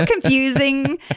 confusing